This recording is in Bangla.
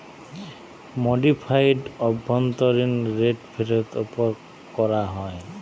মডিফাইড অভ্যন্তরীন রেট ফেরতের ওপর করা হয়